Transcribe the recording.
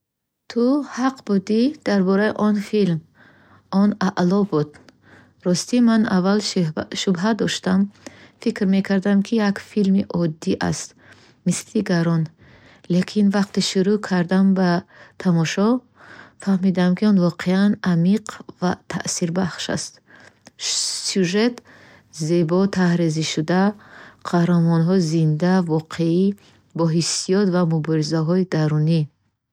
Ту ҳақ будӣ дар бораи он филм. Он аъло буд. Ростӣ, ман аввал шубҳа доштам. Фикр мекардам, ки он як филми оддӣ аст, мисли дигарон. Лекин вақте шуруъ кардам ба тамошо, фаҳмидам, ки он воқеан амиқ ва таъсирбахш аст. Сюжет зебо тарҳрезишуда. Қаҳрамонҳо зинда, воқеӣ, бо ҳиссиёт ва муборизаҳои дарунӣ.